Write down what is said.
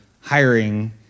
hiring